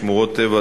שמורות טבע,